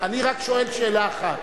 אני רק שואל שאלה אחת.